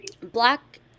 black